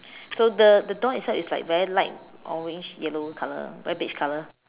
so the the door inside is like very light orange yellow color very beige color